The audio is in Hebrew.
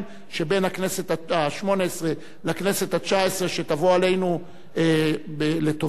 שבין הכנסת השמונה-עשרה לכנסת התשע-עשרה שתבוא עלינו לטובה,